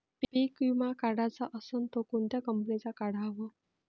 पीक विमा काढाचा असन त कोनत्या कंपनीचा काढाव?